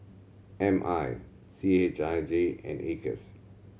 M I C H I J and Acres